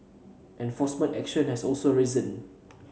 enforcement action has also risen